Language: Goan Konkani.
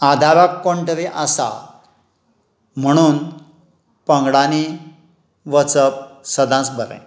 आदाराक कोण तरी आसा म्हणून पंगडानी वचप सदांच बरें